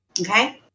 Okay